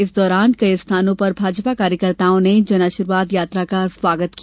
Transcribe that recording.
इस दौरान कई स्थानों पर भाजपा कार्यकर्ताओं ने जन आशीर्वाद यात्रा का स्वागत किया